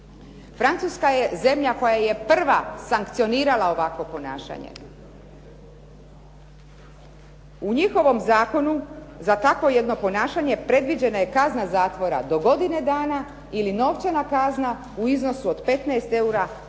Francuska je zemlja koja je prva sankcionirala ovakvo ponašanje. U njihovom zakonu za takvo jedno ponašanje predviđena je kazna zatvora do godine dana ili novčana kazna u iznosu od 15 eura do čak